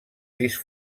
disc